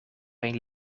een